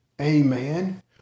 amen